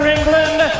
England